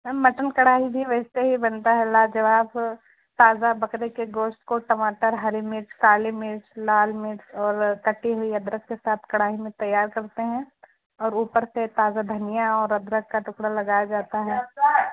میم mutton کڑھائی بھی ویسے ہی بنتا ہے لا جب آپ تازہ بکرے کے گوشت کو ٹماٹر ہری مرچ کالی مرچ لال مرچ اور کٹی ہوئی ادرک کے ساتھ کڑھائی میں تیار کرتے ہیں اور اوپر سے تازہ دھنیا اور ادرک کا ٹکڑا لگایا جاتا ہے